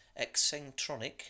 Excentronic